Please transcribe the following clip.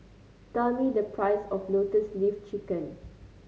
tell me the price of Lotus Leaf Chicken